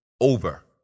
over